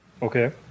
Okay